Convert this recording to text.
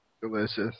delicious